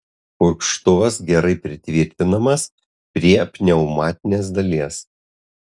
purkštuvas gerai pritvirtinamas prie pneumatinės dalies